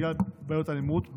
בעיקר בגלל בעיות אלימות,